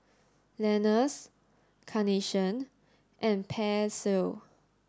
Lenas Carnation and Persil